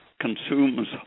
consumes